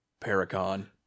Paracon